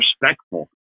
respectful